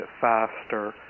faster